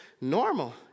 normal